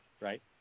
right